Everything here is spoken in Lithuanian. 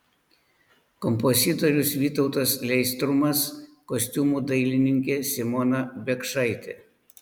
kompozitorius vytautas leistrumas kostiumų dailininkė simona biekšaitė